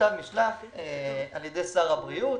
המכתב נשלח על ידי שר הבריאות